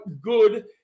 good